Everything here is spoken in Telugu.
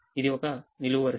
ఇది ఒక నిలువు వరుస